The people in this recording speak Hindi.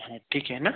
है ठीक है ना